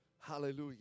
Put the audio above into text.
Hallelujah